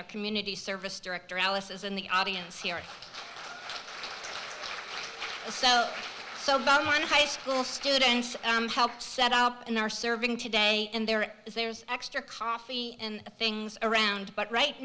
our community service director alice is in the audience here so so many high school students helped set up and are serving today and there is there's extra coffee and things around but right